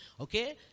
okay